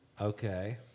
Okay